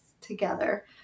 together